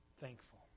thankful